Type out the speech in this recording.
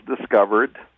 discovered